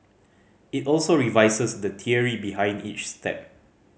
it also revises the theory behind each step